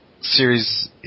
series